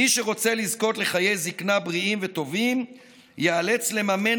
מי שרוצה לזכות לחיי זקנה בריאים וטובים ייאלץ לממן